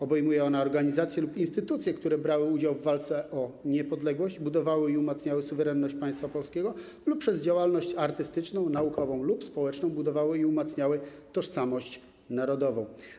Obejmuje ona organizacje i instytucje, które brały udział w walce o niepodległość, budowały i umacniały suwerenność państwa polskiego lub przez działalność artystyczną, naukową lub społeczną budowały i umacniały tożsamość narodową.